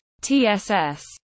TSS